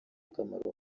akamaro